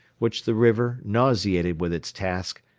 which the river, nauseated with its task,